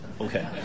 okay